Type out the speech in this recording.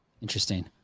interesting